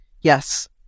yes